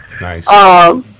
Nice